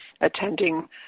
attending